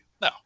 no